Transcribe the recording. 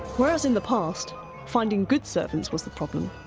whereas in the past finding good servants was the problem,